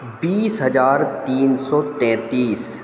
बीस हज़ार तीन सौ तैंतीस